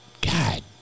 God